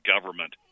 government